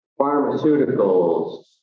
pharmaceuticals